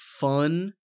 fun